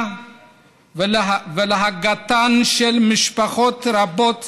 לבנייה ולהגעתן של משפחות רבות